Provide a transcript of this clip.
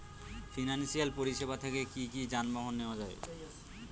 Financial পরিসেবা থেকে কি যানবাহন নেওয়া যায়?